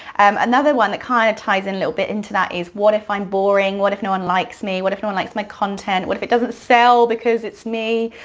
another one that kind of ties in a little bit into that is what if i'm boring, what if no one likes me, what if no one likes my content, what if it doesn't sell because it's me?